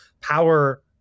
Power